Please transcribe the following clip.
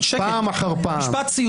כחבר במפלגת עבודה